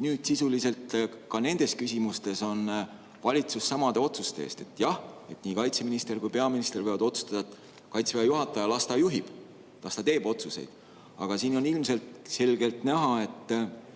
Nüüd sisuliselt ka nendes küsimustes seisab valitsus samade otsuste eest, et jah, nii kaitseminister kui ka peaminister võivad otsustada, et las Kaitseväe juhataja juhib, las ta teeb otsuseid. Aga siin on ilmselgelt näha, et